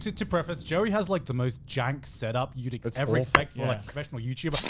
to to preface, joey has like the most junk setup you'd ever expect for like professional youtube.